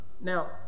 Now